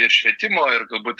ir švietimo ir galbūt